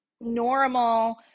normal